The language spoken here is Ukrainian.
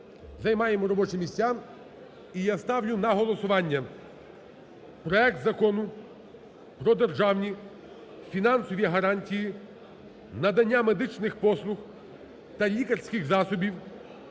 займаємо робочі місця. І я ставлю на голосування проект Закону про державні фінансові гарантії надання медичних послуг та лікарських засобів